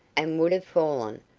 and would have fallen,